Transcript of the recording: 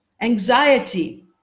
anxiety